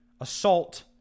assault